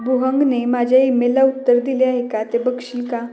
बुहंगने माझ्या इमेलला उत्तर दिले आहे का ते बघशील का